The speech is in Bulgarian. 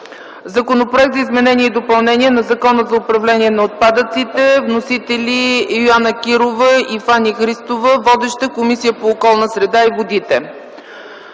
Законопроект за изменение и допълнение на Закона за управление на отпадъците. Вносители са Йоана Кирова и Фани Христова. Водеща е Комисията по околната среда и водите.